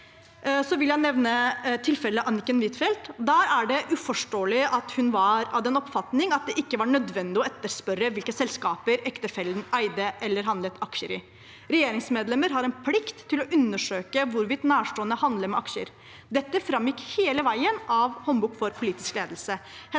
jeg nevne tilfellet Anniken Huitfeldt. Det er uforståelig at hun var av den oppfatning at det ikke var nødvendig å etterspørre hvilke selskaper ektefellen eide eller handlet aksjer i. Regjeringsmedlemmer har en plikt til å undersøke hvorvidt nærstående handler med aksjer. Dette framgikk hele veien av Håndbok for politisk ledelse.